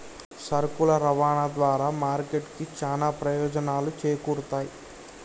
సరుకుల రవాణా ద్వారా మార్కెట్ కి చానా ప్రయోజనాలు చేకూరుతయ్